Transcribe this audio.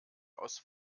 aus